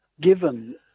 given